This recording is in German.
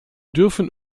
dürfen